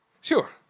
Sure